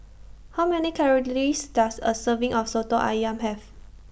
How Many Calories Does A Serving of Soto Ayam Have